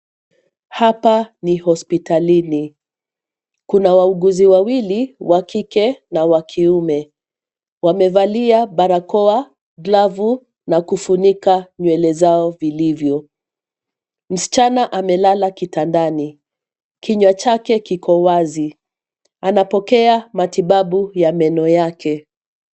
Hapa ni hospitalini, kuna wauguzi wawili, wa kike na wa kiume. Wamevalia barakoa, glavu na kufunika nywele zao vilivyo. Msichana amelala kitandani, kinywa chake kiko wazi, anapokea matibabu ya meno yake.